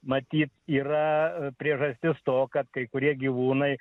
matyt yra priežastis to kad kai kurie gyvūnai